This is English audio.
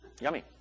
Yummy